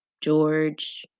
George